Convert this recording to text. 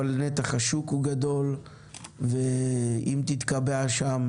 אבל נתח השוק הוא גדול ואם תתקבע שם